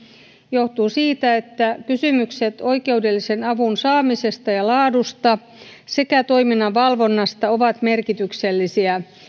johtuu siitä että kysymykset oikeudellisen avun saamisesta ja laadusta sekä toiminnan valvonnasta ovat merkityksellisiä